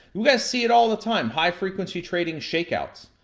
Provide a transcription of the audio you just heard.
you gotta see it all the time, high frequency trading shakeouts.